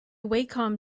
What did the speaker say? wacom